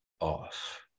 off